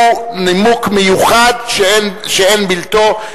הוא נימוק מיוחד שאין בלתו.